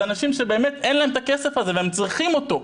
אלה אנשים שבאמת אין להם את הכסף הזה והם צריכים אותו.